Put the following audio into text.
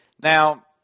Now